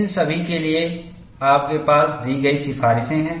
इन सभी के लिए आपके पास दी गई सिफारिशें हैं